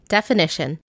Definition